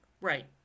Right